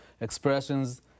expressions